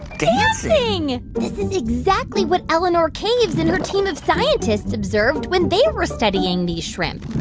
dancing this is exactly what eleanor caves and her team of scientists observed when they were studying these shrimp